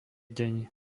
deň